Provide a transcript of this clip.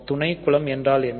துணை குலம் என்றால் என்ன